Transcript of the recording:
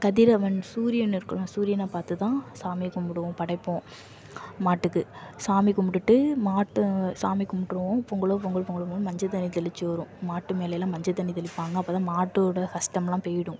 கதிரவன் சூரியன் இருக்கும்ல சூரியனை பார்த்துதான் சாமி கும்பிடுவோம் படைப்போம் மாட்டுக்கு சாமி கும்பிடுட்டு மாட்டை சாமி கும்பிட்டுருவோம் பொங்கலோ பொங்கல் பொங்கலோ பொங்கல்ன்னு மஞ்சள் தண்ணி தெளிச்சு வரும் மாட்டு மேலேயெல்லாம் மஞ்சள் தண்ணி தெளிப்பாங்க அப்போதான் மாட்டோட கஷ்டம்லாம் போயிடும்